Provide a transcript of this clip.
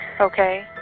Okay